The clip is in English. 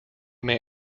may